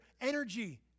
energy